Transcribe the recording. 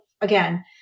again